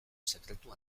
sekretu